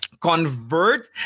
convert